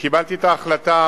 קיבלתי את ההחלטה,